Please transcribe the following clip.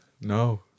No